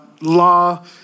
law